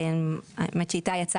האמת שאיתי יצא,